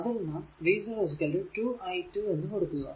അതിൽ നാം v0 2 i2 എന്ന് കൊടുക്കുക